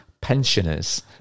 pensioners